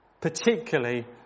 particularly